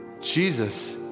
Jesus